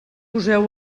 poseu